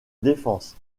défense